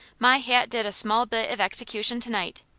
my hat did a small bit of execution to-night.